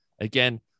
again